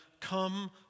come